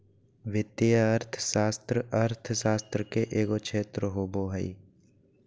वित्तीय अर्थशास्त्र अर्थशास्त्र के एगो क्षेत्र होबो हइ